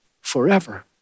forever